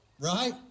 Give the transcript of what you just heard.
right